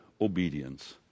obedience